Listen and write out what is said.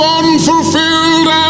unfulfilled